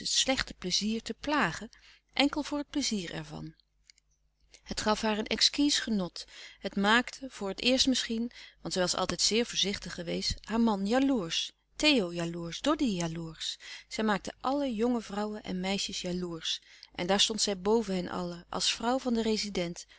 slechte pleizier te plagen enkel voor het pleizier ervan het gaf haar een exquis genot het maakte voor het eerst misschien want zij was altijd zeer voorzichtig geweest haar man jaloersch theo jaloersch doddy jaloersch zij maakte alle jonge vrouwen en meisjes jaloersch en daar louis couperus de stille kracht zij stond boven hen allen als vrouw van den rezident